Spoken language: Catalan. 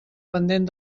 pendent